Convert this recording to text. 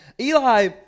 Eli